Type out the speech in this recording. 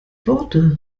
worte